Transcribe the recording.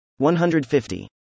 150